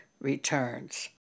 returns